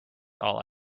all